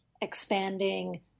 expanding